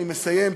אני מסיים,